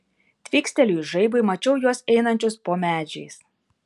tvykstelėjus žaibui mačiau juos einančius po medžiais